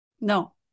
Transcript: No